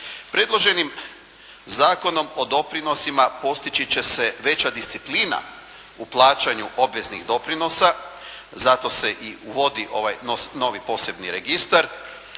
Predloženim Zakonom o doprinosima postići će se veća disciplina u plaćanju obveznih doprinosa, zato se i uvodi ovaj novi posebni registar,